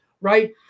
right